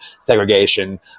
segregation